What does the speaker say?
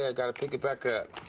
ah got to pick it back up.